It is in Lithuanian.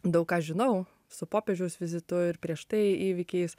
daug ką žinau su popiežiaus vizitu ir prieš tai įvykiais